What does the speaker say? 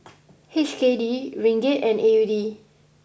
H K D Ringgit and A U D